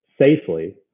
safely